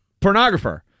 pornographer